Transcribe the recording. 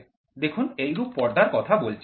দেখুন এরূপ পর্দার কথা বলছি